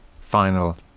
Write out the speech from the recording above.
final